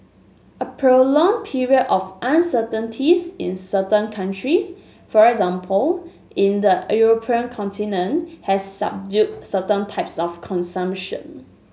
a prolonged period of uncertainties in certain countries for example in the European continent has subdued certain types of consumption